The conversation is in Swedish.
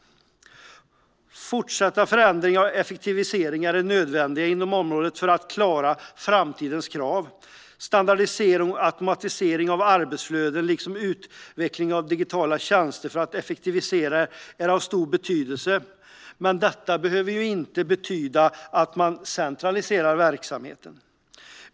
Fortsatta förändringar och effektiviseringar inom området är nödvändiga för att klara av framtidens krav. Standardisering och automatisering av arbetsflöden liksom utveckling av digitala tjänster för att effektivisera är av stor betydelse. Detta behöver dock inte betyda att man centraliserar verksamheten.